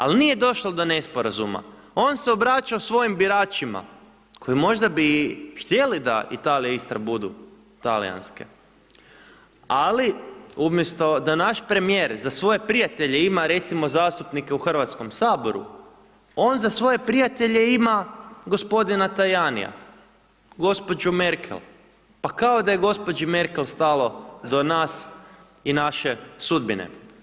Ali nije došlo do nesporazuma, on se obraćao svojim biračima koji možda bi htjeli da Italija i Istra budu talijanske, ali umjesto da naš premijer za svoje prijatelje ima recimo zastupnike u Hrvatskom saboru on za svoje prijatelje ima gospodina Tajania, gospođu Merkel, pa kao da je gospođi Merkel stalo do nas i naše sudbine.